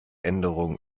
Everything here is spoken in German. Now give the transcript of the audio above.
änderung